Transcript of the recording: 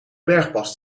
bergpas